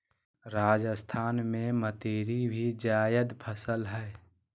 राजस्थान में मतीरी भी जायद फसल हइ